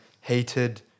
hated